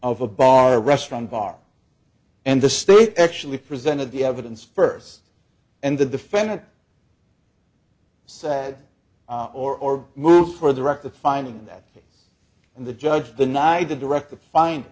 of a bar restaurant bar and the state actually presented the evidence first and the defendant said or move for the record finding that the judge denied the direct the find